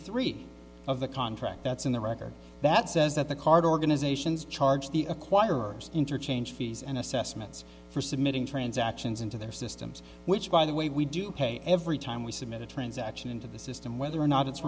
three of the contract that's in the record that says that the card organizations charge the acquirers interchange fees and assessments for submitting transactions into their systems which by the way we do pay every time we submit a transaction into the system whether or not it's